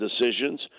decisions